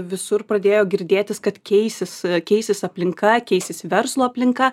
visur pradėjo girdėtis kad keisis keisis aplinka keisis verslo aplinka